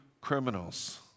Criminals